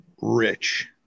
rich